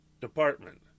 Department